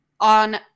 on